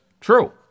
true